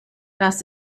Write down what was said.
das